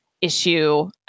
issue